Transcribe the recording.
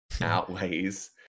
outweighs